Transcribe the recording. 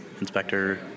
inspector